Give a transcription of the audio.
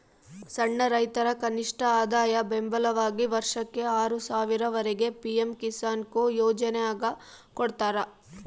ಸಣ್ಣ ರೈತರ ಕನಿಷ್ಠಆದಾಯ ಬೆಂಬಲವಾಗಿ ವರ್ಷಕ್ಕೆ ಆರು ಸಾವಿರ ವರೆಗೆ ಪಿ ಎಂ ಕಿಸಾನ್ಕೊ ಯೋಜನ್ಯಾಗ ಕೊಡ್ತಾರ